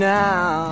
now